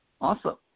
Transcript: Awesome